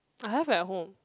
I have at home